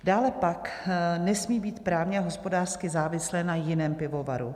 Dále pak nesmí být právně a hospodářsky závislé na jiném pivovaru.